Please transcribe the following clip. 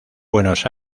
buenos